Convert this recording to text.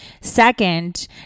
Second